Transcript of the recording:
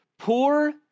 Poor